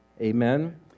amen